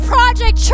Project